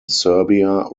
serbia